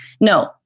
no